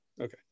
okay